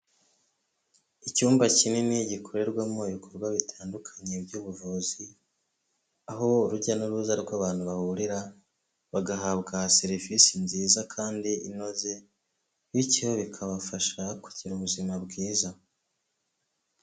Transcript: Icyumba kinini gikorerwamo ibikorwa bitandukanye by'ubuvuzi, aho urujya n'uruza rw'abantu bahurira bagahabwa serivisi nziza kandi inoze, bityo bikabafasha kugira ubuzima bwiza.